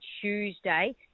Tuesday